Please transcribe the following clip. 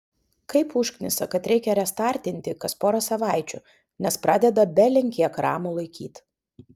kaip užknisa kad reikia restartinti kas porą savaičių nes pradeda belenkiek ramų laikyt